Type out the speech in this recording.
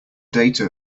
data